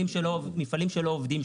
מפעלים שלא עובדים,